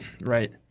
Right